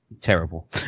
terrible